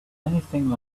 anything